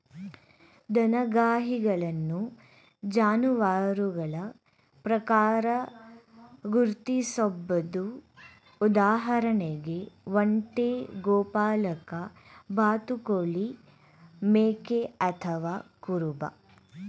ದನಗಾಹಿಗಳನ್ನು ಜಾನುವಾರುಗಳ ಪ್ರಕಾರ ಗುರ್ತಿಸ್ಬೋದು ಉದಾಹರಣೆಗೆ ಒಂಟೆ ಗೋಪಾಲಕ ಬಾತುಕೋಳಿ ಮೇಕೆ ಅಥವಾ ಕುರುಬ